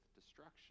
destruction